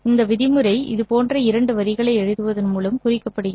இந்த விதிமுறை இது போன்ற இரண்டு வரிகளை எழுதுவதன் மூலம் குறிக்கப்படுகிறது